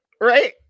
Right